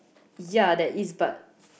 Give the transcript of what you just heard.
yeah that is but